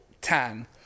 tan